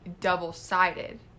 double-sided